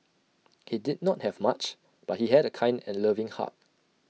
he did not have much but he had A kind and loving heart